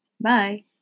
Bye